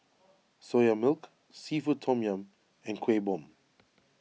Soya Milk Seafood Tom Yum and Kuih Bom